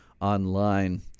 online